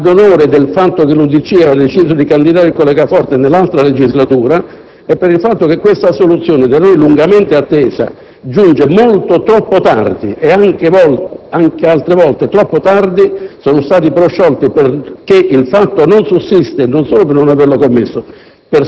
ad onore del fatto che l'UDC aveva deciso di candidare il collega Forte nell'altra legislatura e per il fatto che questa assoluzione, da noi lungamente attesa, giunge molto, troppo tardi. Già altre volte, troppo tardi sono stati prosciolti, perché il fatto non sussiste e non solo per non averlo commesso,